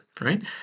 right